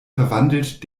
verwandelt